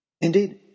Indeed